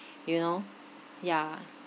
you know yeah